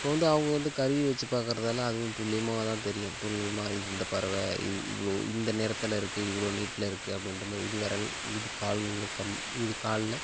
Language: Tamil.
இப்போ வந்து அவங்க வந்து கருவி வச்சு பார்க்கறதால அதுவும் துல்லியமாக தான் தெரியும் துல்லியமாக இது இந்த பறவை இவ் இவ்வளோ இந்த நிறத்துல இருக்குது இவ்வளோ நீட்டில இருக்குது அப்படின்ற மாதிரி இது விரல் இது கால் கம் இது கால்ல